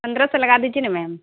پندرہ سو لگا دیجیے نا میم